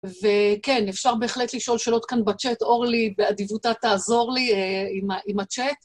וכן, אפשר בהחלט לשאול שאלות כאן בצ'אט, אורלי, באדיבותה תעזור לי עם הצ'אט.